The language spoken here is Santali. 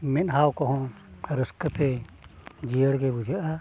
ᱢᱮᱫᱦᱟ ᱠᱚᱦᱚᱸ ᱨᱟᱥᱠᱟᱹ ᱛᱮ ᱡᱤᱭᱟᱹᱲ ᱜᱮ ᱵᱩᱡᱷᱟᱹᱜᱼᱟ